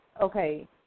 okay